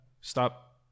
Stop